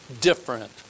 different